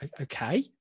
okay